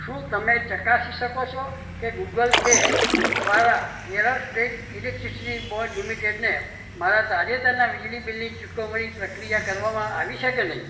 શું તમે ચકાસી શકો છો કે ગૂગલ પે દ્વારા કેરળ સ્ટેટ ઇલેક્ટ્રિસિટી બોર્ડ લિમિટેડને મારા તાજેતરના વીજળી બિલની ચુકવણી પ્રક્રિયા કરવામાં આવી છે કે નહીં